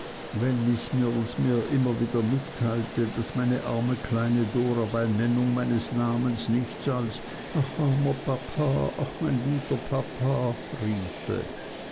wenn miß mills mir immer wieder mitteilte daß meine arme kleine dora bei nennung meines namens nichts als ach armer papa ach mein guter papa riefe